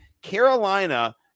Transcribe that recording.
Carolina